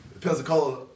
Pensacola